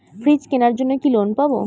Fridge কেনার জন্য কি লোন পাব?